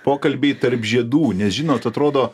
pokalbiai tarp žiedų nes žinot atrodo